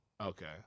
Okay